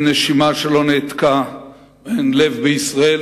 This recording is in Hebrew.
אין נשימה שלא נעתקה ואין לב בישראל